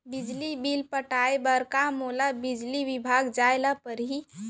बिजली बिल पटाय बर का मोला बिजली विभाग जाय ल परही?